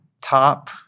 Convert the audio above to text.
top